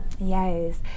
Yes